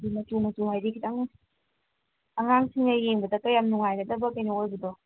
ꯑꯗꯨ ꯃꯆꯨ ꯃꯆꯨ ꯍꯥꯏꯗꯤ ꯈꯤꯇꯪ ꯑꯉꯥꯡꯁꯤꯡꯅ ꯌꯦꯡꯕꯗꯀ ꯌꯥꯝ ꯅꯨꯡꯉꯥꯏꯒꯗꯕ ꯀꯩꯅꯣ ꯑꯣꯏꯕꯗꯣ